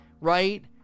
right